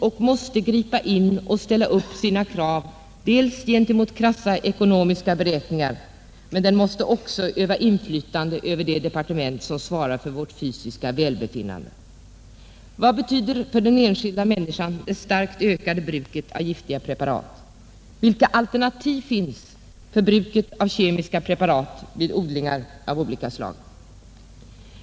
Den måste gripa in och ställa upp sina krav gentemot krassa ekonomiska beräkningar, men den måste också öva inflytande över det departement som svarar för vårt fysiska välbefinnande. Vad betyder för den enskilda människan det starkt ökade bruket av giftiga preparat? Vilka alternativ finns för bruket av kemiska preparat i odlingar av olika slag?